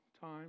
time